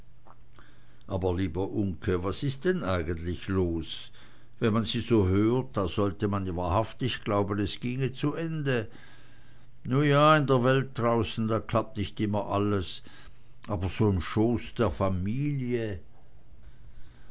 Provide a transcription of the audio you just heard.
aber lieber uncke was is denn eigentlich los wenn man sie so hört da sollte man ja wahrhaftig glauben es ginge zu ende nu ja in der welt draußen da klappt nich immer alles aber so im schoß der familie